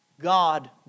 God